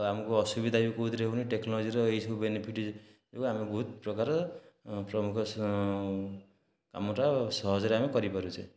ଆଉ ଆମକୁ ଅସୁବିଧା ବି କେଉଁଥିରେ ହେବନି ଟେକ୍ନୋଲୋଜିର ଏହିସବୁ ବେନିଫିଟ ଏବଂ ଆମେ ବହୁତ ପ୍ରକାର ପ୍ରମୁଖ କାମଟା ସହଜରେ ଆମେ କରିପାରୁଛେ